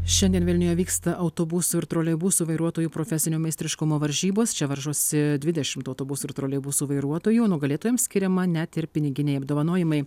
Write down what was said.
šiandien vilniuje vyksta autobusų ir troleibusų vairuotojų profesinio meistriškumo varžybos čia varžosi dvidešimt autobusų ir troleibusų vairuotojų nugalėtojams skiriama net ir piniginiai apdovanojimai